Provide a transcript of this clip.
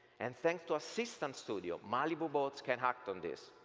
and thanks to systems studio malibu boats can act on this.